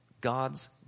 God's